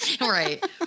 Right